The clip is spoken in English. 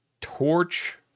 torch